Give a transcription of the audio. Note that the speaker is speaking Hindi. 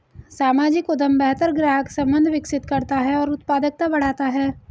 सामाजिक उद्यम बेहतर ग्राहक संबंध विकसित करता है और उत्पादकता बढ़ाता है